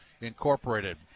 Incorporated